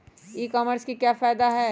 ई commerce के क्या फायदे हैं?